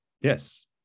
yes